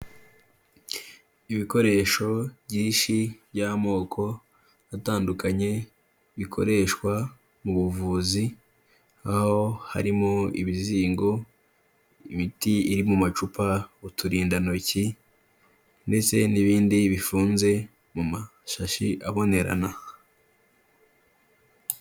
Ibikoresho byishi by'amoko atandukanye, bikoreshwa mu buvuzi, aho harimo ibizingo imiti iri mu macupa, uturindantoki, ndetse n'ibindi bifunze mu mashashi abonerana.